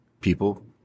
people